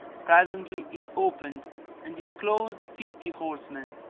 presently it opened and disclosed fifty horsemen,